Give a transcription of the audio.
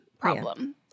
problem